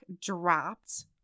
dropped